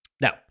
Now